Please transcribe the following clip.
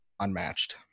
unmatched